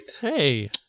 Hey